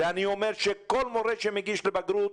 אני אומר שכל מורה שמגיש לבגרות,